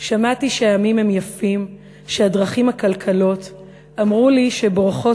בזמן.// שמעתי שהימים הם יפים,/ שהדרכים עקלקלות,/ אמרו לי שבורחות